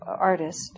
artist